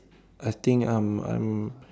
I think I'm I'm